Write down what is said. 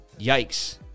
Yikes